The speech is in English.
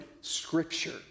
scripture